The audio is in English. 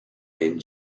and